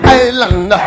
island